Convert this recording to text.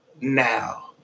now